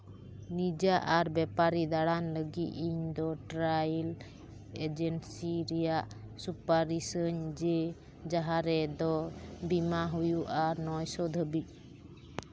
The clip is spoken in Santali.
ᱱᱤᱡᱟ ᱟᱨ ᱵᱮᱯᱟᱨᱤ ᱫᱟᱬᱟᱱ ᱞᱟᱹᱜᱤᱫ ᱤᱧᱫᱚ ᱴᱨᱟᱭᱮᱞ ᱮᱡᱮᱱᱥᱤ ᱨᱮᱭᱟᱜ ᱥᱩᱯᱟᱨᱤᱥ ᱟᱹᱧ ᱡᱮ ᱡᱟᱦᱟᱸ ᱨᱮ ᱫᱚ ᱵᱤᱢᱟ ᱦᱩᱭᱩᱜᱼᱟ ᱱᱚᱭᱥᱚ ᱫᱷᱟᱹᱵᱤᱡ